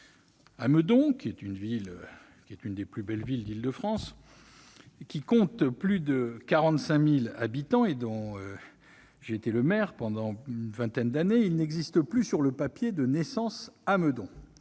À Meudon, l'une des plus belles villes d'Île-de-France- ville qui compte plus de 45 000 habitants et dont j'ai été le maire pendant une vingtaine d'années -, il n'existe plus sur le papier de « Naissances à Meudon